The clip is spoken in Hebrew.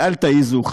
ואל תעזו,